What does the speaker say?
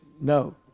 no